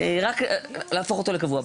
רוצים להפוך אותו לקבוע,